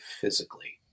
physically